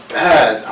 bad